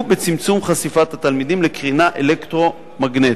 בצמצום חשיפת התלמידים לקרינה אלקטרומגנטית.